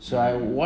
mm